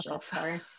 sorry